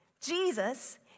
Jesus